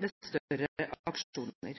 ved større aksjoner.